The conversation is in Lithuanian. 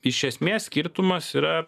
iš esmės skirtumas yra